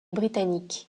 britanniques